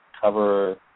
cover